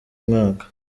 mwaka